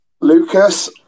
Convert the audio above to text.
Lucas